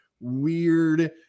weird